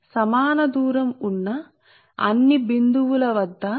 కాబట్టి కేంద్రం నుండి సమానదూర మైన అన్ని పాయింట్ల కు H x స్థిరం గా ఉంటుంది